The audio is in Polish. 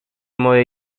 moje